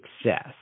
success